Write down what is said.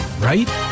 right